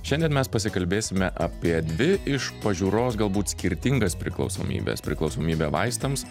šiandien mes pasikalbėsime apie dvi iš pažiūros galbūt skirtingas priklausomybes priklausomybę vaistams